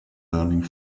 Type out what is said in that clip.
learning